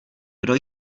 kdo